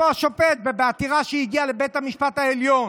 בעתירה שהגיעה לבית המשפט העליון,